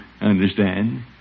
understand